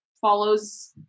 follows